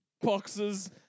boxes